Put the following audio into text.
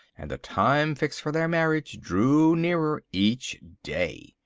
and the time fixed for their marriage drew nearer each day.